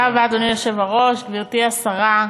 אדוני היושב-ראש, גברתי השרה,